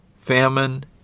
famine